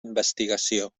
investigació